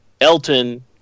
Elton